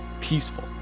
peaceful